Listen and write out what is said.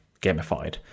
gamified